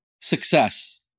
success